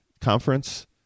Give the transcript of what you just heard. conference